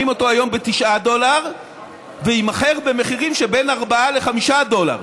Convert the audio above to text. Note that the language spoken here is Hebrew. היום ב-9 דולר ויימכר במחירים של בין 4 ל-5 דולר.